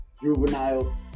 juvenile